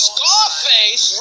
Scarface